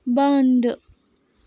بنٛدٕ